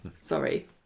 sorry